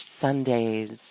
Sundays